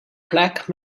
plaque